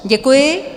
Děkuji.